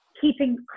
keeping